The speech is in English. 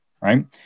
right